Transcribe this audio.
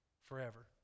forever